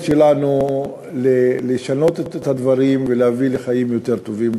שלנו לשנות את הדברים ולהביא לחיים יותר טובים,